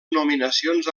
nominacions